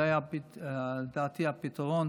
זה לדעתי היה הפתרון